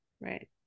Right